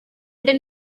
and